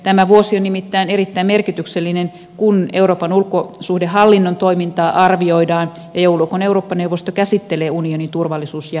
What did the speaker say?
tämä vuosi on nimittäin erittäin merkityksellinen kun euroopan ulkosuhdehallinnon toimintaa arvioidaan ja joulukuun eurooppa neuvosto käsittelee unionin turvallisuus ja puolustuspolitiikkaa